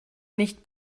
nicht